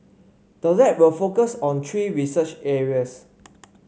the lab will focus on three research areas